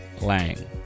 Lang